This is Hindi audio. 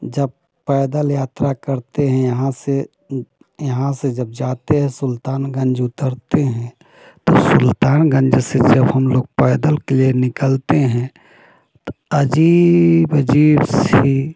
जब पैदल यात्रा करते हैं यहाँ से यहाँ से जब जाते हैं सुल्तानगंज उतरते हैं तो सुल्तानगंज से जब हम लोग पैदल के लिए निकलते हैं तो अजीब अजीब सी